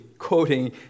quoting